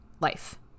life